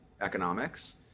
economics